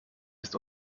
ist